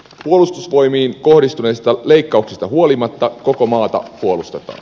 puolustusvoimiin kohdistuneista leikkauksista huolimatta koko maata puolustetaan